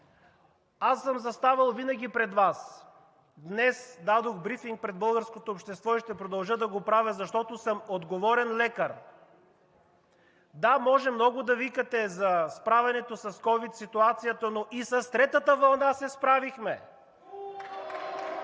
Аз съм заставал винаги пред Вас и днес дадох брифинг пред българското общество и ще продължа да го правя, защото съм отговорен лекар. Да, може много да викате за справянето с ковид ситуацията, но и с третата вълна се справихме!